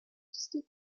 escape